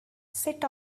sit